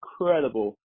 incredible